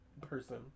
person